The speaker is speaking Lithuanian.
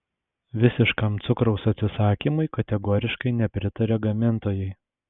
visiškam cukraus atsisakymui kategoriškai nepritaria gamintojai